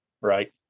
right